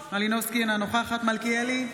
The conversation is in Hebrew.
כץ, אינו נוכח ישראל כץ,